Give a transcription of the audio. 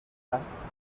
هست